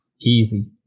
easy